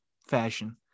fashion